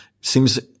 seems